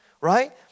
right